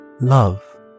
Love